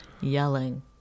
Yelling